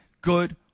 good